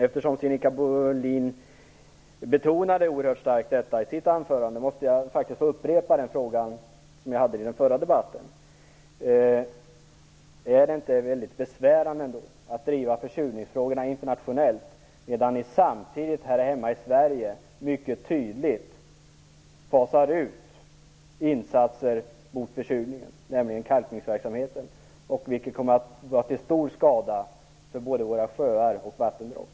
Eftersom Sinikka Bohlin i sitt anförande betonade detta oerhört starkt, måste jag faktiskt upprepa den fråga jag ställde i den förra debatten. Är det ändå inte mycket besvärande att driva försurningsfrågorna internationellt samtidigt som ni här hemma i Sverige mycket tydligt fasar ut insatser mot försurningen, nämligen kalkningsverksamheten? Det kommer att vara till stor skada för både våra sjöar och vattendrag.